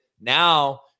now